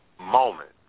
moment